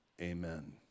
amen